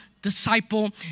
disciple